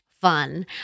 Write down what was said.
fun